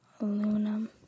Aluminum